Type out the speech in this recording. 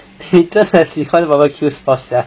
你真的喜欢 barbecue sauce sia